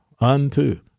unto